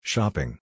Shopping